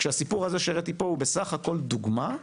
כשהסיפור הזה שהראיתי פה הוא בסך הכול דוגמא לאלפים.